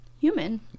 human